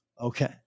okay